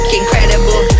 incredible